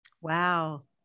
Wow